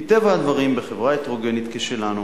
מטבע הדברים, בחברה הטרוגנית כשלנו,